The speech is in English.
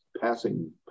passing